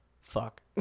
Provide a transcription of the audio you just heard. fuck